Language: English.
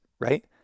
right